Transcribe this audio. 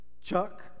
Chuck